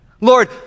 Lord